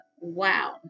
wow